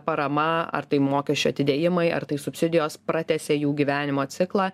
parama ar tai mokesčių atidėjimai ar tai subsidijos pratęsia jų gyvenimo ciklą